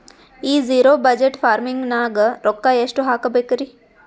ಈ zero budget farming ನಾಗ್ ರೊಕ್ಕ ಎಷ್ಟು ಹಾಕಬೇಕರಿ?